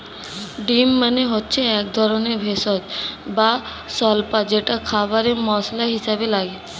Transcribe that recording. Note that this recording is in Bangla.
ডিল মানে হচ্ছে একধরনের ভেষজ বা স্বল্পা যেটা খাবারে মসলা হিসেবে লাগে